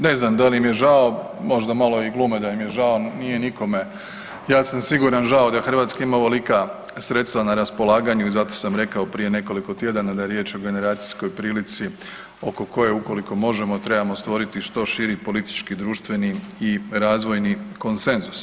Ne znam da li im je žao, možda malo i glume da im je žao, nije nikome, ja sam siguran žao da Hrvatska ima ovolika sredstva na raspolaganju i zato sam rekao prije nekoliko tjedana da je riječ o generacijskoj prilici oko koje ukoliko možemo trebamo stvoriti što širi politički, društveni i razvojni konsenzus.